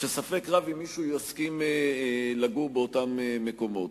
שספק רב אם מישהו יסכים לגור באותם מקומות.